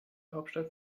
hauptstadt